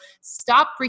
stop